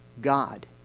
God